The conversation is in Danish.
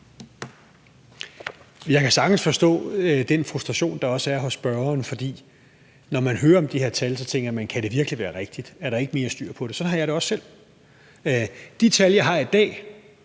Jeg kan sagtens forstå den frustration, der også er hos spørgeren, for når man hører om de her tal, tænker man, at kan det virkelig være rigtigt, og er der ikke mere styr på det. Sådan har jeg det også selv. Det er udtryk for,